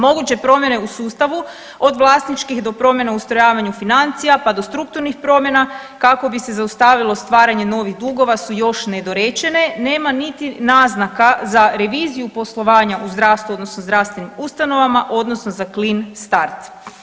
Moguće promjene u sustavu od vlasničkih do promjena u ustrojavanju financija pa do strukturnih promjena kako bi se zaustavilo stvaranje novih dugova su još nedorečene, nema niti naznaka za reviziju poslovanja u zdravstvu odnosno zdravstvenim ustanova odnosno za clean start.